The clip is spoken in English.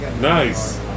nice